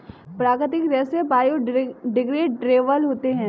प्राकृतिक रेसे बायोडेग्रेडेबल होते है